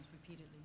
repeatedly